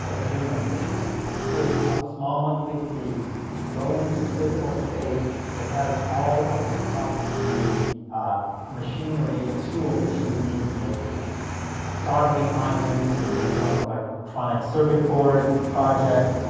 ah gym membership. you pay a small monthly fee to go into a physical space that has all of of the machinery and tools that you would need to make things soldering irons to make your own electronic circuit board projects,